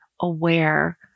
aware